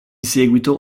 seguito